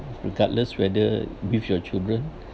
regardless whether with your children